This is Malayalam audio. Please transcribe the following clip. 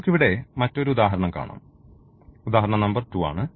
നമുക്ക് ഇവിടെ മറ്റൊരു ഉദാഹരണം കാണാം ഇത് ഉദാഹരണ നമ്പർ 2 ആണ്